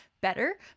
better